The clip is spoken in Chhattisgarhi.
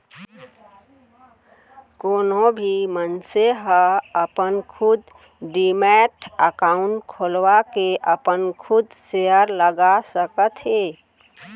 कोनो भी मनसे ह अपन खुद डीमैट अकाउंड खोलवाके अपन खुद सेयर लगा सकत हे